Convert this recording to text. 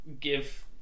give